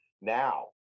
Now